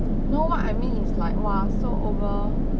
no what I mean is like !wah! so over